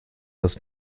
das